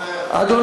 דב,